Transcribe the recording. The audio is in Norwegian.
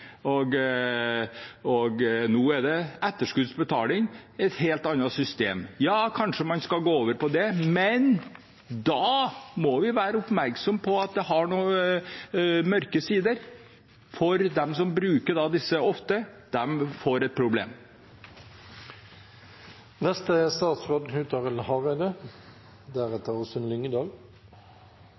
i Trondheim. Nå er det etterskuddsbetaling – et helt annet system. Ja, kanskje man skal over til det. Men da må vi være oppmerksomme på at det har noen mørke sider for dem som bruker disse ofte. De får et problem. Eg merkar meg at det er